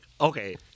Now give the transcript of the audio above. okay